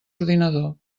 ordinador